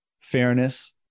fairness